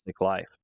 life